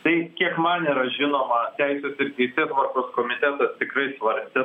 tai kiek man yra žinoma teisės ir teisėtvarkos komitetas tikrai svarstė